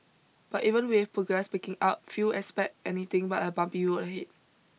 but even with progress picking up few expect anything but a bumpy road ahead